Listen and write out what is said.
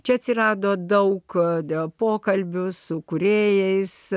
čia atsirado daug dėl pokalbių su kūrėjais